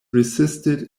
resisted